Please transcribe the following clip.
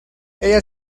ella